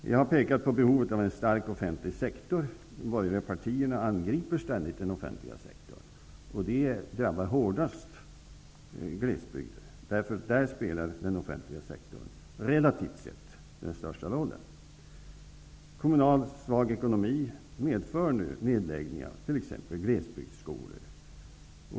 Jag har pekat på behovet av en stark offentlig sektor. De borgerliga partierna angriper ständigt den offentliga sektorn, och det drabbar glesbygden hårdast. Där spelar den offentliga sektorn relativt sett den största rollen. Svag ekonomi i kommunerna medför nu nedläggningar av t.ex. glesbygdsskolor.